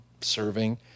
serving